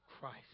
Christ